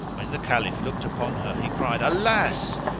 when the caliph looked upon her he cried, alas!